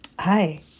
Hi